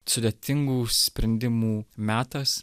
sudėtingų sprendimų metas